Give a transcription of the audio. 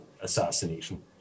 assassination